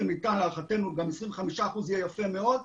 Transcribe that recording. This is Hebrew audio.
כשלהערכתנו גם 25% יפה מאוד,